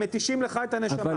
הם מתישים לך את הנשמה,